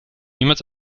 niemals